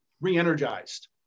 re-energized